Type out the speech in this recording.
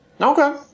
Okay